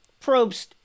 Probst